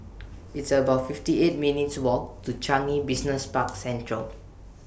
It's about fifty eight minutes' Walk to Changi Business Park Central